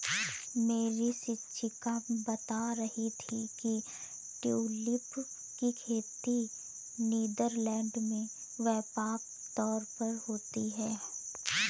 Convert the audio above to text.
मेरी शिक्षिका बता रही थी कि ट्यूलिप की खेती नीदरलैंड में व्यापक तौर पर होती है